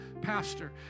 pastor